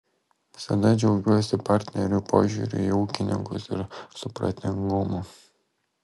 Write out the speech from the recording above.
visada džiaugiuosi partnerių požiūriu į ūkininkus ir supratingumu